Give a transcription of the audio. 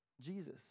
Jesus